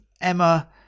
Emma